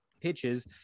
pitches